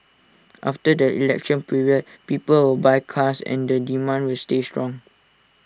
after the election period people will buy cars and the demand will stay strong